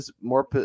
more